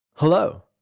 Hello